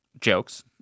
jokes